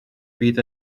bydd